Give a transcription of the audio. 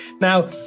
Now